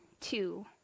two